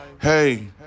Hey